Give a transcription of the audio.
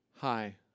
Hi